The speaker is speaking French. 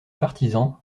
partisans